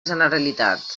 generalitat